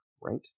Right